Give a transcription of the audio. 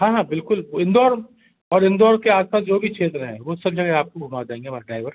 हाँ हाँ बिल्कुल इंदौर और इंदौर के आस पास जो भी छेत्र हैं वो सब जगह आपको घुमा देंगे हमारे ड्राइवर